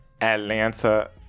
atlanta